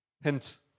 Hint